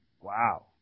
Wow